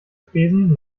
spesen